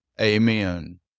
amen